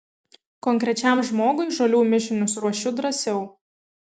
konkrečiam žmogui žolių mišinius ruošiu drąsiau